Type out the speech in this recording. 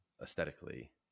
aesthetically